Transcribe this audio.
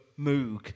Moog